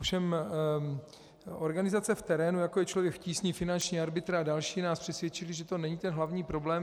Ovšem organizace v terénu, jako je Člověk v tísni, finanční arbitr a další, nás přesvědčily, že to není ten hlavní problém.